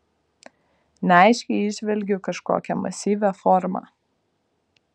neaiškiai įžvelgiu kažkokią masyvią formą